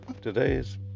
Today's